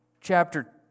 chapter